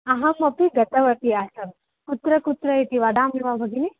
अहमपि गतवती आसम् कुत्र कुत्र इति वदामि वा भगिनि